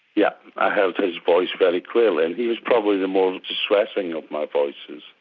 yep, i heard his voice really clearly and he was probably the most distracting of my voices.